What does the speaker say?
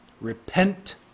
Repent